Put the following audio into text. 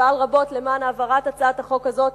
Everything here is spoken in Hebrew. שפעל רבות למען העברת הצעת החוק הזאת,